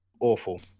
awful